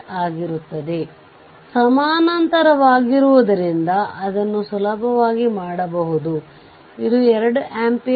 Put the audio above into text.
ಆದ್ದರಿಂದ ಅವಲಂಬಿತ ಮೂಲಗಳೊಂದಿಗೆ ಅವಲಂಬಿತವಾಗಿ RThevenin ಸಹ ನೆಗೆಟಿವ್ ಆಗಬಹುದು